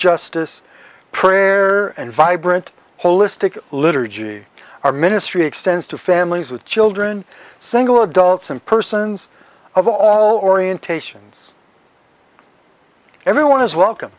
justice prayer and vibrant holistic liturgy our ministry extends to families with children single adults and persons of all orientations everyone is welcome